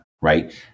right